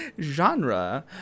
genre